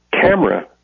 camera